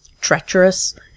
treacherous